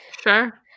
Sure